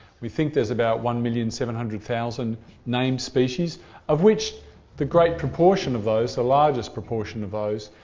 we think there's about one million seven hundred thousand named species of which the great proportion of those, the largest proportion of those,